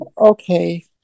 Okay